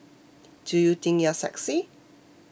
do you think you are sexy